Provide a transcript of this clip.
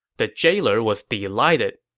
the jailer was delighted.